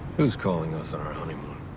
who's calling us on our?